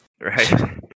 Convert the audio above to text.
Right